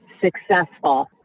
successful